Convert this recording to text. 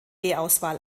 auswahl